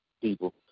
people